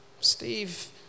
Steve